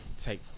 take